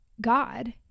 God